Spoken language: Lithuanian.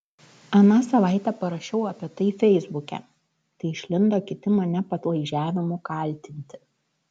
aną savaitę parašiau apie tai feisbuke tai išlindo kiti mane padlaižiavimu kaltinti